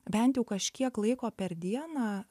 bent jau kažkiek laiko per dieną